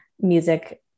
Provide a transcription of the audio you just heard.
music